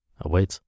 awaits